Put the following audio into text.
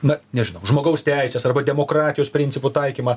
na nežinau žmogaus teises arba demokratijos principų taikymą